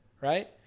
right